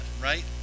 right